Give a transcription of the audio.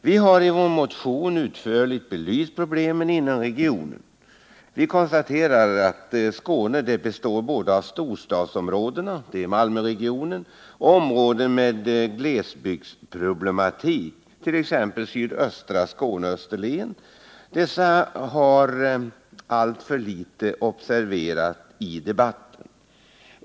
Vi har i vår motion utförligt belyst problemen i regionen, och vi konstaterar att Skåne består både av storstadsområden, nämligen Malmöregionen, och av områden med glesbygdsproblematik, t.ex. sydöstra Skåne — Österlen. Detta förhållande har alltför litet observerats i debatten.